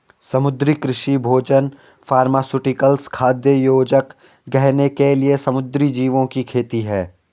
समुद्री कृषि भोजन फार्मास्यूटिकल्स, खाद्य योजक, गहने के लिए समुद्री जीवों की खेती है